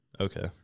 Okay